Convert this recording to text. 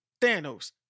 Thanos